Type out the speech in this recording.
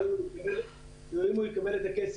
אני חושב שחלופה האמיתית היא אם הוא יקבל את הכסף.